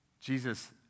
Jesus